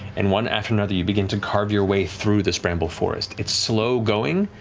and one after another, you begin to carve your way through this bramble forest. it's slow-going,